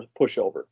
pushover